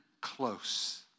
close